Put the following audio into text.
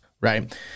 right